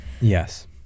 Yes